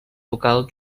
local